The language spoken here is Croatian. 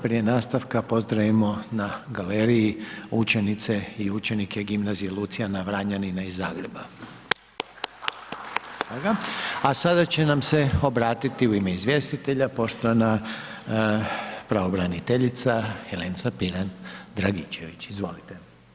Prije nastavka pozdravimo na galeriji učenice i učenike Gimnazije Lucijana Vranjanina iz Zagreba. … A sada će nam se obratiti u ime izvjestitelja poštovana pravobraniteljica Helenca Pirnat Dragičević, izvolite.